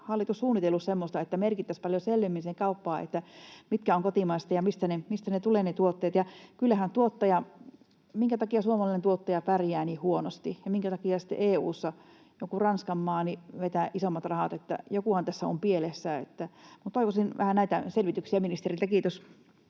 hallitus suunnitellut semmoista, että merkittäisiin paljon selvemmin siihen kauppaan, mitkä tuotteet ovat kotimaisia ja mistä ne tulevat? Minkä takia suomalainen tuottaja pärjää niin huonosti? Ja minkä takia sitten EU:ssa joku Ranskanmaa vetää isommat rahat? Jokuhan tässä on pielessä. Toivoisin vähän näitä selvityksiä ministeriltä. — Kiitos.